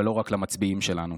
ולא רק למצביעים שלנו.